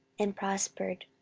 and prospered.